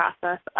process